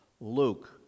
Luke